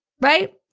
right